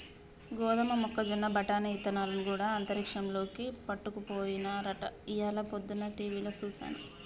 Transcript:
గోదమ మొక్కజొన్న బఠానీ ఇత్తనాలు గూడా అంతరిక్షంలోకి పట్టుకపోయినారట ఇయ్యాల పొద్దన టీవిలో సూసాను